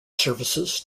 services